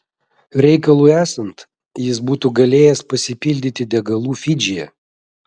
reikalui esant jis būtų galėjęs pasipildyti degalų fidžyje